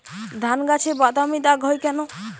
ধানগাছে বাদামী দাগ হয় কেন?